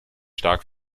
stark